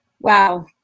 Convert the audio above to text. wow